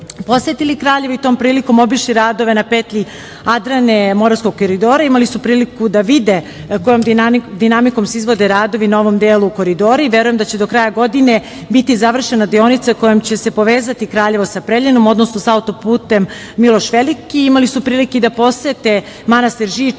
posetili Kraljevo i tom prilikom obišli radove na petlji Adrane Moravskog koridora. Imali su priliku da vide kojom dinamikom se izvode radovi na ovom delu koridora i verujem da će do kraja godine biti završena deonica kojom će se povezati Kraljevo sa Preljinom, odnosno sa autoputem Miloš Veliki. Imali su prilike i da posete manastir Žiču,